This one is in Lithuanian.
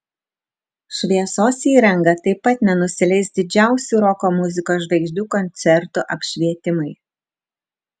šviesos įranga taip pat nenusileis didžiausių roko muzikos žvaigždžių koncertų apšvietimui